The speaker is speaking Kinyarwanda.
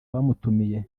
bamutumiye